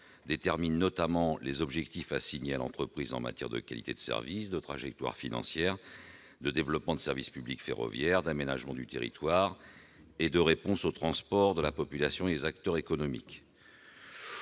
détermine notamment les objectifs assignés à l'entreprise en matière de qualité de service, de trajectoire financière, de développement du service public ferroviaire, d'aménagement du territoire et de réponse aux besoins de transport de la population et des acteurs économiques.